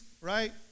right